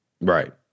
Right